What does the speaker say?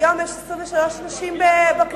היום יש 23 נשים בכנסת?